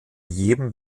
jedem